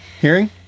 Hearing